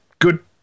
good